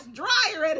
dryer